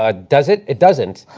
um does it? it doesn't.